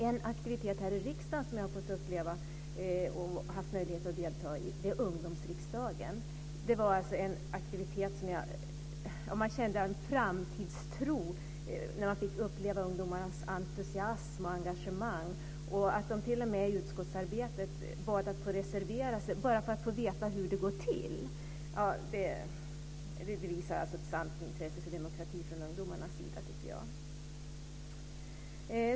En aktivitet här i riksdagen som jag har fått uppleva och som jag har haft möjlighet att delta i är ungdomsriksdagen. Man kände en framtidstro när man fick uppleva ungdomarnas entusiasm och engagemang. Att de t.o.m. i utskottsarbetet bad att få reservera sig bara för att få veta hur det går till visar på ett sant intresse för demokrati från ungdomarnas sida.